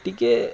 ଟିକେ